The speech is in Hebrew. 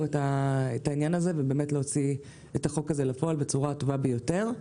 את הנושא ולהוציא את החוק הזה לפועל בצורה הטובה ביותר.